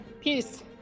Peace